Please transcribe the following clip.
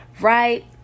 right